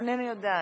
אני לא יודעת.